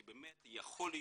כי באמת יכול להיות,